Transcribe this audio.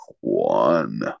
one